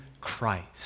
Christ